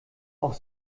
auch